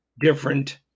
different